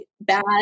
bad